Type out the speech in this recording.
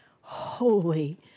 holy